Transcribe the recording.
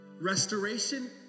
Restoration